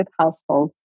households